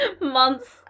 months